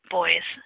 Boys